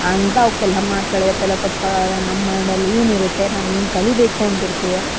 ಅಂಥವ್ಕೆಲ್ಲ ಮಾತ್ಗಳಿಗೆ ತಲೆ ಕೆಡ್ಸ್ಕೊಳ್ಳಲ್ಲ ನಮ್ಮ ಮೈಂಡಲ್ಲಿ ಏನಿರುತ್ತೆ ನಾವು ಏನು ಕಲಿಯಬೇಕು ಅಂತಿರ್ತೀವೋ